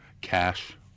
cash